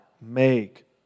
make